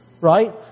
Right